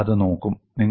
നമ്മൾ അത് നോക്കും